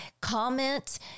comment